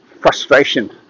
frustration